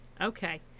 Okay